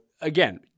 again